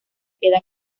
queda